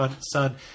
son